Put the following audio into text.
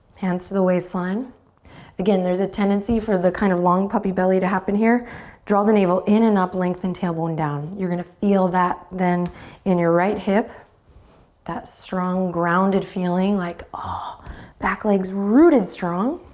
hands to the waistline again, there's a tendency for the kind of long puppy belly to happen here draw the navel in and up lengthen tailbone down you're gonna feel that then in your right hip that strong grounded feeling like oh ah back legs rooted strong